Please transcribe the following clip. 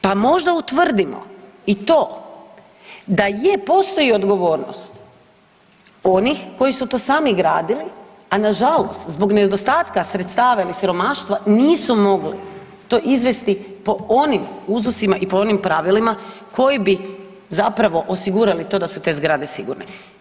Pa možda utvrdimo i to, da je postoji odgovornost onih koji su to samo gradili, a nažalost zbog nedostatka sredstva ili siromaštva nisu mogli to izvesti po onim uzusima i po onim pravilima koji bi zapravo osigurali to da su te zgrade sigurne.